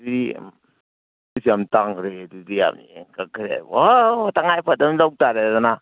ꯑꯗꯨꯗꯤ ꯏꯁ ꯌꯥꯝ ꯇꯥꯡꯈ꯭ꯔꯦ ꯑꯗꯨꯗꯤ ꯌꯥꯝꯅ ꯍꯦꯟꯒꯠꯈ꯭ꯔꯦ ꯋꯥꯎ ꯇꯉꯥꯏꯐꯗꯃꯤꯅ ꯂꯧꯇꯥꯔꯦꯗꯅ